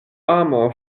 amo